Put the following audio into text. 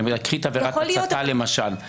קחי את עבירת ההצתה למשל,